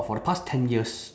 for the past ten years